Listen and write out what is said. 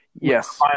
Yes